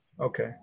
Okay